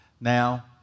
Now